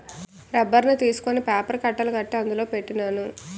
రబ్బర్ని తీసుకొని పేపర్ కట్టలు కట్టి అందులో పెట్టినాను